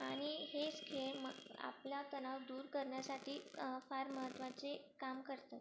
आणि हेच खेळ मग आपला तणाव दूर करण्यासाठी फार महत्त्वाचे काम करतात